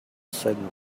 syndrome